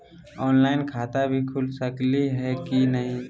Online खाता भी खुल सकली है कि नही?